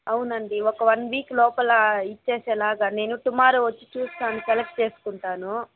అవునండి ఒక one week లోపల ఇచ్చేసేలాగా నేను టుమారో వచ్చి చూస్తాను సెలెక్ట్ చేసుకుంటాను